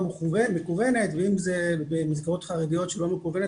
מקוונת ואם זה במסגרות חרדיות שלא מקוונת,